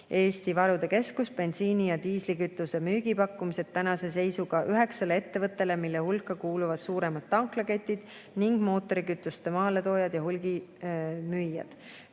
Eesti Varude Keskus bensiini ja diislikütuse müügipakkumised tänase seisuga üheksale ettevõttele, mille hulka kuuluvad suuremad tanklaketid ning mootorikütuste maaletoojad ja hulgimüüjad.